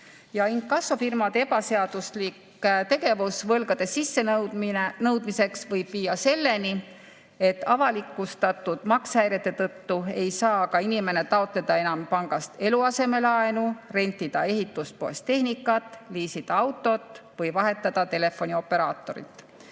Inkassofirmade ebaseaduslik tegevus võlgade sissenõudmiseks võib viia selleni, et avalikustatud maksehäirete tõttu ei saa inimene enam taotleda pangast eluasemelaenu, rentida ehituspoest tehnikat, liisida autot või vahetada telefonioperaatorit.